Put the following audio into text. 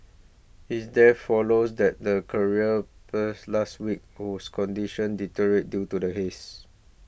his death follows that the career purse last week whose condition deteriorated due to the haze